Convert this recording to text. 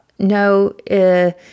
No